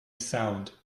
sound